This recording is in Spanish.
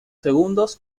segundos